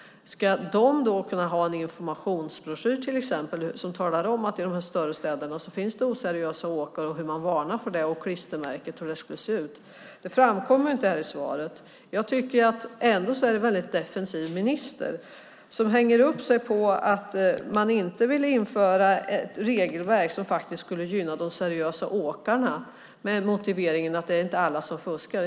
Ska de kunna ha till exempel en informationsbroschyr som talar om att det i de större städerna finns oseriösa åkare, varnar för detta och berättar hur klistermärket ska se ut? Detta framkommer inte i svaret. Jag tycker att det är en väldigt defensiv minister, som hänger upp sig på att man inte vill införa ett regelverk som faktiskt skulle gynna de seriösa åkarna med motiveringen att det inte är alla som fuskar.